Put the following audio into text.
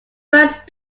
first